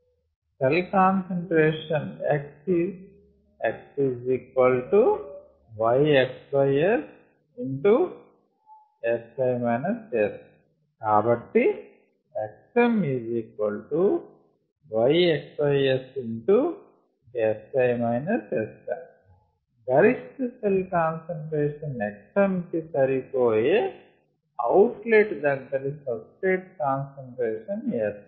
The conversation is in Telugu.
Also the cell concentration cell concentration x is xYxSSi S కాబట్టి xmYxSSi Sm గరిష్ట సెల్ కాన్సంట్రేషన్ xm కి సరిపోయే అవుట్ లెట్ దగ్గరి సబ్స్ట్రేట్ కాన్సంట్రేషన్ Sm